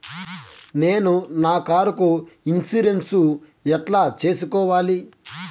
నేను నా కారుకు ఇన్సూరెన్సు ఎట్లా సేసుకోవాలి